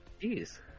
Jeez